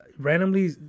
Randomly